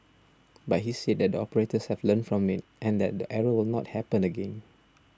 but he said that the operators have learnt from it and that the error will not happen again